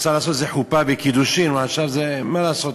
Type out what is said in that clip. רצה לעשות איזה חופה וקידושין, חשב, אין מה לעשות,